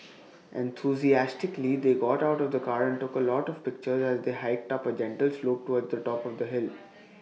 enthusiastically they got out of the car and took A lot of pictures as they hiked up A gentle slope towards the top of the hill